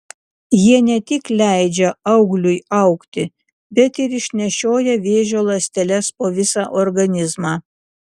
jie ne tik leidžia augliui augti bet ir išnešioja vėžio ląsteles po visą organizmą